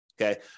okay